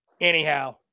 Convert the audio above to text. Anyhow